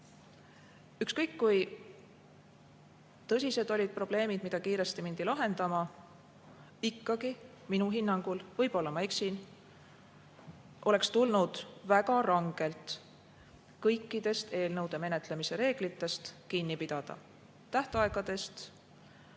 Ükskõik kui tõsised olid probleemid, mida kiiresti mindi lahendama, oleks ikkagi minu hinnangul – võib-olla ma eksin – tulnud väga rangelt kõikidest eelnõude menetlemise reeglitest kinni pidada, tähtaegadest,